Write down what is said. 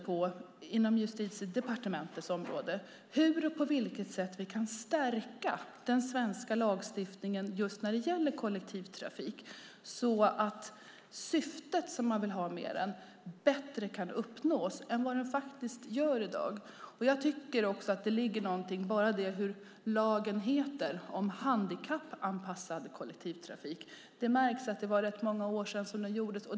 På Justitiedepartementets område ser vi just nu över hur vi kan stärka den svenska lagstiftningen när det gäller just kollektivtrafik så att syftet med den bättre kan uppnås än vad som faktiskt är fallet i dag. Bara detta att lagen handlar om "handikappanpassad" kollektivtrafik är talande. Det märks att det är rätt många år sedan den skrevs.